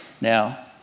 Now